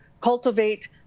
cultivate